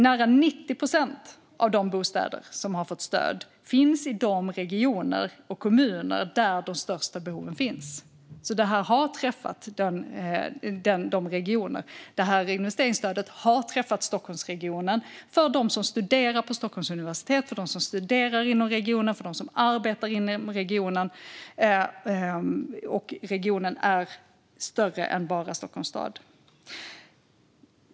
Nära 90 procent av de bostäder som har fått stöd finns i de regioner och kommuner där de största behoven finns. Investeringsstödet har alltså träffat de regionerna. Det har träffat Stockholmsregionen för dem som studerar på Stockholms universitet, studerar inom regionen eller arbetar inom regionen. Regionen är större än bara Stockholms stad.